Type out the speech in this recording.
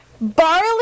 Barley